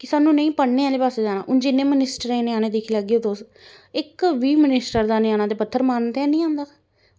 कि सानूं नेईं पढ़नें आह्ले पासै जाना हून जि'यां मिनिस्टरें दे ञ्यानें दिक्खी लैगे तुस इक बी मिनिस्टर दा ञ्याना ते पत्थर मारने ताहीं निं आंदा